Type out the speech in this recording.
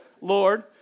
Lord